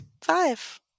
Five